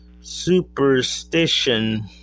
superstition